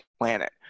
planet